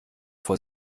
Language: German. vor